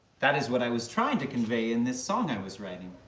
that is what i was trying to convey in this song i was writing.